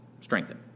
strengthen